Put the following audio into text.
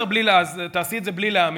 בסדר, אז תעשי את זה בלי להאמין.